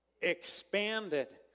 expanded